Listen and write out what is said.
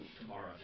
tomorrow